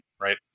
right